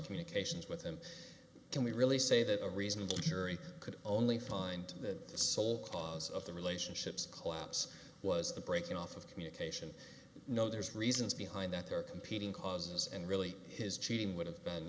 communications with him then we really say that a reasonable jury could only find that the sole cause of the relationships collapse was the breaking off of communication no there's reasons behind that there are competing causes and really his cheating would have been